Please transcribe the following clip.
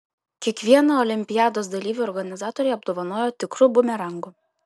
kiekvieną olimpiados dalyvį organizatoriai apdovanojo tikru bumerangu